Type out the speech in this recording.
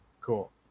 Cool